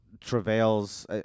travails